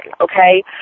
Okay